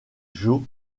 joe